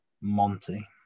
Monty